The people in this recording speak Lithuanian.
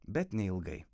bet neilgai